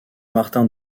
martin